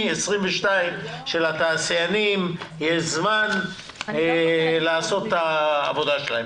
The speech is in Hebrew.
2022 כך שלתעשיינים יש זמן לעשות את העבודה שלהם.